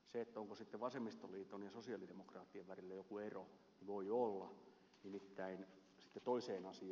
se onko sitten vasemmistoliiton ja sosialidemokraattien välillä joku ero niin voi olla